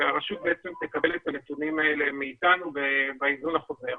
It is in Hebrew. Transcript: והרשות תקבל את הנתונים האלה מאתנו בהיזון החוזר.